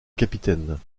capitaine